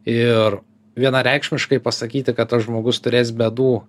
ir vienareikšmiškai pasakyti kad tas žmogus turės bėdų